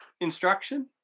instruction